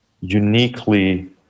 uniquely